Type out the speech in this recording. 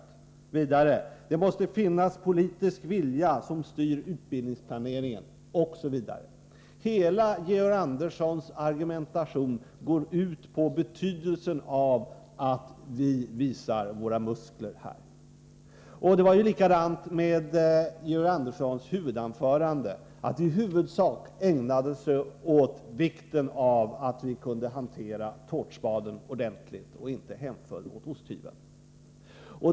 Georg Andersson säger vidare att det måste finnas politisk vilja som styr utbildningsplaneringen, osv. Georg Anderssons hela argumentation går ut på att understryka betydelsen av att vi visar våra muskler här. Det var likadant med hans huvudanförande. Han ägnade sig i huvudsak åt vikten av att vi kunde hantera tårtspaden ordentligt och inte hemföll åt osthyveln.